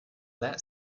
that